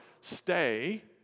Stay